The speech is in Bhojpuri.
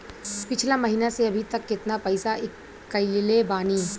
पिछला महीना से अभीतक केतना पैसा ईकलले बानी?